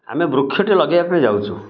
ଆମେ ବୃକ୍ଷ ଟି ଲଗାଇବା ପାଇଁ ଯାଉଛୁ